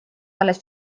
alles